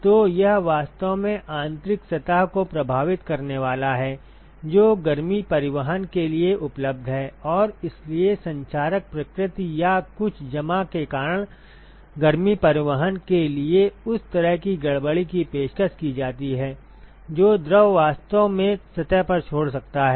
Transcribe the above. तो यह वास्तव में आंतरिक सतह को प्रभावित करने वाला है जो गर्मी परिवहन के लिए उपलब्ध है और इसलिए संक्षारक प्रकृति या कुछ जमा के कारण गर्मी परिवहन के लिए उस तरह की गड़बड़ी की पेशकश की जाती है जो द्रव वास्तव में सतह पर छोड़ सकता है